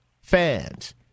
Fans